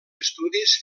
estudis